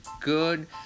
good